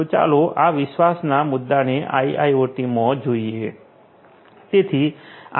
તો ચાલો આ વિશ્વાસના મુદ્દાને આઈઆઈઓટી માં જોઈએ